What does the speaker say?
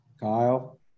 Kyle